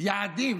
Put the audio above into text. יעדים,